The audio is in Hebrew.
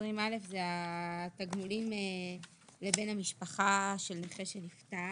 התגמולים לבן המשפחה של נכה שנפטר.